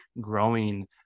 growing